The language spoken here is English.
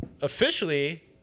officially